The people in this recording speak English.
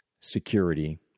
security